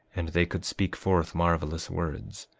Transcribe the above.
and they could speak forth marvelous words.